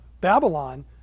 Babylon